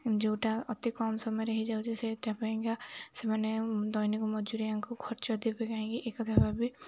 ଯୋଉଟା ଅତି କମ୍ ସମୟରେ ହେଇଯାଉଛି ସେଇଟା ପାଇଁକା ସେମାନେ ଦୈନିକ ମଜୁରିଆଙ୍କୁ ଖର୍ଚ୍ଚ ଦେବେ କାହିଁ ଏ କଥା ଭାବିି